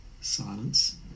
silence